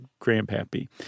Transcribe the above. grandpappy